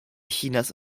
chinas